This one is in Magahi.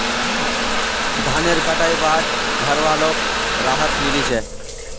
धानेर कटाई बाद घरवालोक राहत मिली छे